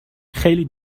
خیلی